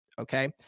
Okay